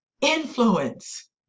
influence